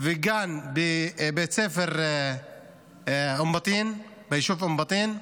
וגן בבית ספר אום בטין, ביישוב אום בטין,